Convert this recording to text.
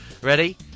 Ready